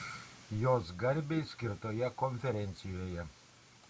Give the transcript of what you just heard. jos garbei skirtoje konferencijoje